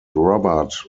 robert